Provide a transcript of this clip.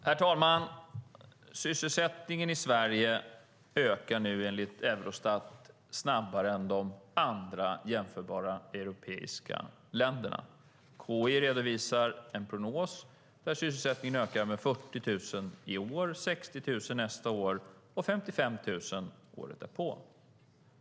Herr talman! Sysselsättningen i Sverige ökar nu enligt Eurostat snabbare än i de andra jämförbara europeiska länderna. KI redovisar en prognos enligt vilken sysselsättningen ökar med 40 000 i år, 60 000 nästa år och 55 000 året därpå.